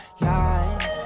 life